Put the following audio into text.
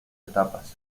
etapas